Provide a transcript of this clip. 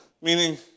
meaning